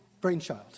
brainchild